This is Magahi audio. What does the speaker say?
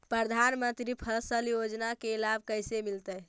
प्रधानमंत्री फसल योजना के लाभ कैसे मिलतै?